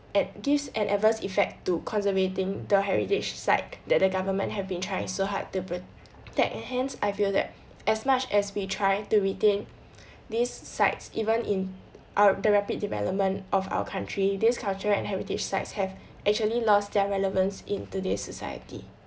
and gives an adverse effect to conservating the heritage site that the government have been trying so hard to put that hence I feel that as much as we try to retain these sites even in our the rapid development of our country these culture and heritage sites have actually lost their relevance in today's society